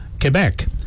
Quebec